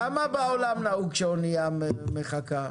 כמה בעולם נהוג שאונייה מחכה?